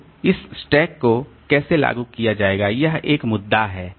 तो इस स्टैक को कैसे लागू किया जाएगा यह एक मुद्दा है